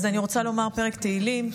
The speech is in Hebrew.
אז אני רוצה לומר פרק תהילים: